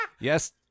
Yes